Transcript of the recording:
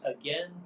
again